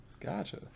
gotcha